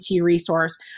resource